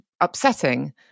upsetting